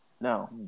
No